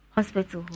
Hospital